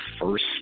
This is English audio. first